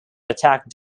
attacked